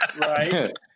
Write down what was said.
Right